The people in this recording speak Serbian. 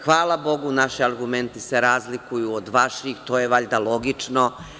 Hvala bogu, naši argumenti se razlikuju od vaših, to je valjda logično.